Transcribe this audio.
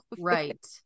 Right